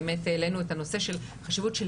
באמת העלינו את הנושא של חשיבות של